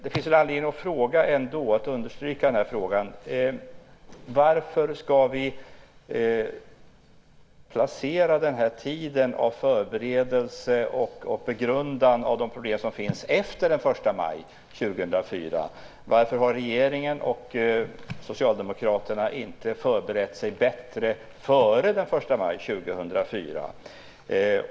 Det finns anledning att understryka den här frågan: Varför ska vi förlägga tiden för förberedelse och begrundan av de problem som finns till efter den 1 maj 2004? Varför har regeringen och Socialdemokraterna inte förberett sig bättre före den 1 maj 2004?